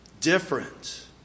different